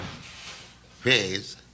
phase